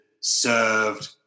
served